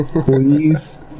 Please